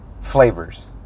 flavors